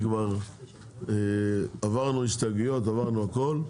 כי כבר עברנו הסתייגויות ועברנו הכול.